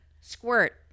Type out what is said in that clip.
squirt